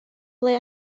ble